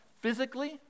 Physically